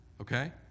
okay